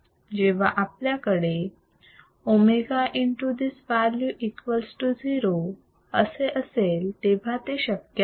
जेव्हा आपल्याकडे omega into this value equals to 0 असे असेल तेव्हा हे शक्य आहे